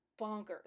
bonkers